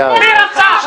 מי רוצח?